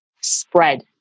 spread